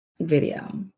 Video